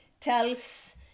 tells